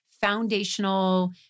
foundational